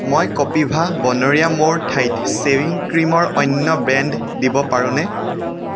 মই কপিভা বনৰীয়া মৌৰ ঠাইত শ্বেভিং ক্ৰীমৰ অন্য ব্ৰেণ্ড দিব পাৰোঁনে